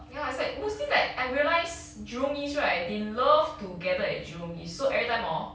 ya as mostly like I realize jurong east right they love to gather at jurong east so every time hor